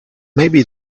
maybe